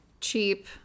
cheap